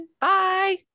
Bye